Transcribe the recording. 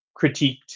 critiqued